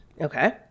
Okay